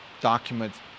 document